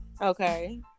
okay